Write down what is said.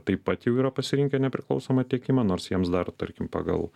taip pat jau yra pasirinkę nepriklausomą tiekimą nors jiems dar tarkim pagal